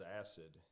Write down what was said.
acid